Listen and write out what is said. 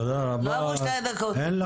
אין לך